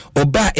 oba